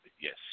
Yes